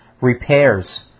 repairs